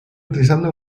utilizando